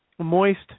moist